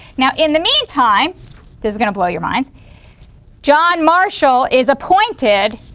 now in the meantime this is going to blow your minds john marshall is appointed